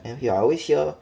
I never hear I always hear